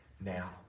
now